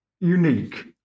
unique